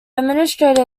administrator